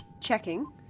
Checking